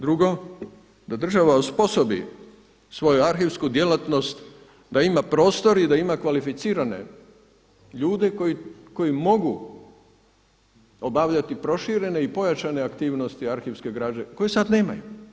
Drugo, da država osposobi svoju arhivsku djelatnost, da ima prostor i da ima kvalificirane ljude koji mogu obavljati proširene i pojačane aktivnosti arhivske građe koje sad nemaju.